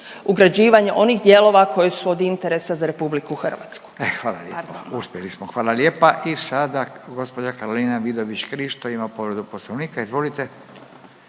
ugrađivanje onih dijelova koji su od interesa za RH. **Radin, Furio (Nezavisni)** E hvala lijepa, uspjeli smo, hvala lijepa. I sada gđa. Karolina Vidović Krišto ima povredu Poslovnika, izvolite.